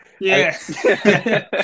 Yes